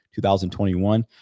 2021